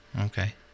Okay